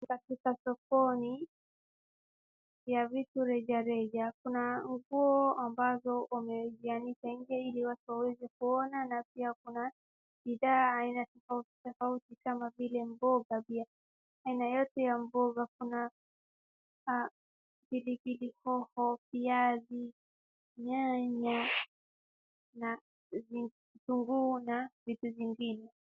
Katika sokoni ya vitu rejareja kuna nguo ambazo wamezianika nje ili watu waweze kuona na pia wako na bidhaa aina tofauti kama vile mboga vya aina yote ya mboga kuna pilipili hoho, viazi, nyanya, na vitunguu na vitu zingine.